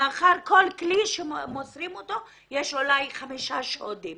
כל כלי שמוסרים אותו, יש אולי חמישה מקרי שוד.